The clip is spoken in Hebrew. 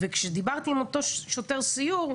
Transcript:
כשדיברתי עם אותו שוטר סיור,